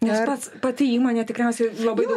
nes pats pati įmonė tikriausiai labai